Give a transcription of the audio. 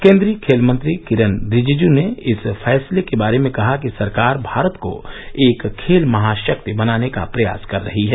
केन्द्रीय खेल मंत्री किरन रिजिजू ने इस फैसले के बारे में कहा कि सरकार भारत को एक खेल महाशक्ति बनाने का प्रयास कर रही है